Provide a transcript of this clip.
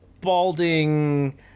balding